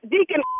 Deacon